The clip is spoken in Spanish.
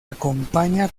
acompaña